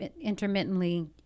intermittently